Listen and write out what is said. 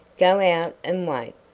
go out and wait.